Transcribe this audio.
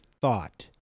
thought